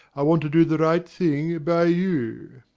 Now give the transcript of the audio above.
i want to do the right thing by you.